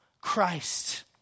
Christ